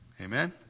Amen